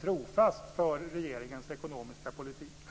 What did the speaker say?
trofast för regeringens ekonomiska politik.